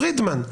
פרידמן,